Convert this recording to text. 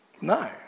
No